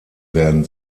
werden